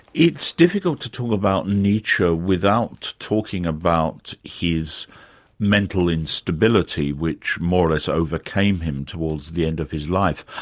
it's difficult to talk about nietzsche without talking about his mental instability, which more or less overcame him towards the end of his life.